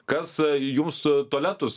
kas jūsų tualetus